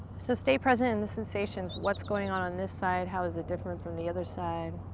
so stay present in the sensations, what's going on on this side, how is it different from the other side?